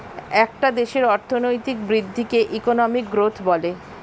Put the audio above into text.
একটা দেশের অর্থনৈতিক বৃদ্ধিকে ইকোনমিক গ্রোথ বলে